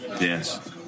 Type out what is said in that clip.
Yes